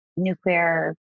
Nuclear